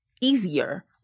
easier